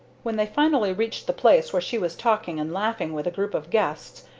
when they finally reached the place where she was talking and laughing with a group of guests,